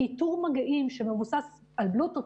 כי איתור מגעים שמבוסס על בלוטות',